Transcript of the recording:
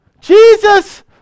Jesus